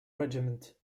regiment